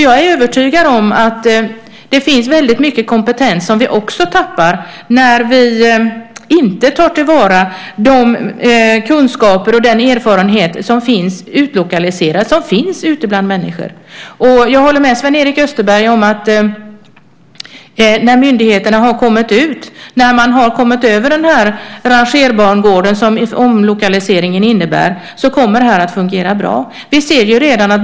Jag är övertygad om att det finns mycket kompetens som vi tappar när vi inte tar till vara de kunskaper och den erfarenhet som är utlokaliserad och finns ute bland människor. Jag håller med Sven-Erik Österberg om att när myndigheterna har kommit ut och kommit över den rangerbangård som omlokaliseringen innebär kommer det att fungera bra.